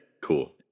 Cool